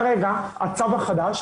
כרגע הצו החדש,